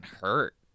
hurt